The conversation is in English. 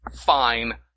fine